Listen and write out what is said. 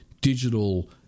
digital